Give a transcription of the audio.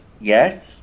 Yes